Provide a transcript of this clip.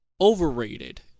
overrated